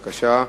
בבקשה,